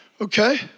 Okay